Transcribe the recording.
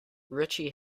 richie